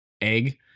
egg